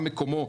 ומה מקומו,